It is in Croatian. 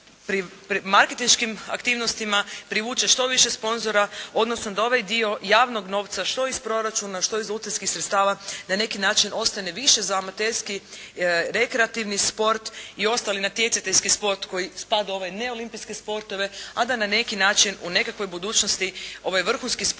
zapravo marketinškim aktivnostima privuče što više sponzora odnosno da ovaj dio javnog novca što iz proračuna što iz …/Govornica se ne razumije./… sredstava na neki način ostane više za amaterski rekreativni sport i ostali natjecateljski sport koji spada u ove neolimpijske sportove a da na neki način u nekakvoj budućnosti ovaj vrhunski sport